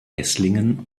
esslingen